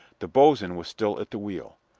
the boatswain was still at the wheel.